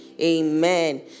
Amen